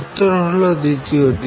উত্তর হল দ্বিতীয়টি